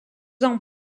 ans